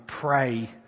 pray